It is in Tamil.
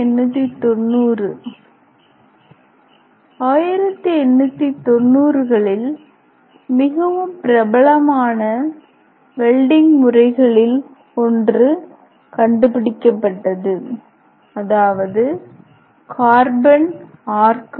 1890 1890 களில் மிகவும் பிரபலமான வெல்டிங் முறைகளில் ஒன்று கண்டுபிடிக்கப்பட்டது அதாவது கார்பன் ஆர்க் வெல்டிங்